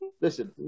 Listen